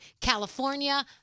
california